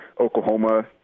Oklahoma